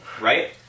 right